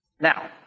Now